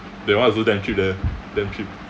that one also damn cheap leh damn cheap